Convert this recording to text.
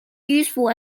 useful